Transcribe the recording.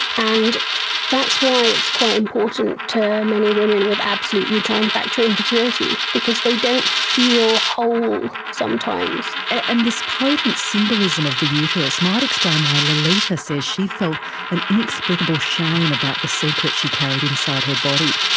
and that's why it's quite important to many women with absolute uterine factor infertility because they don't feel whole sometimes. and this potent symbolism of the uterus might explain why lolita says she felt an inexplicable shame about the secret she carried inside her body.